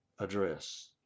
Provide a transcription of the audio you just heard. address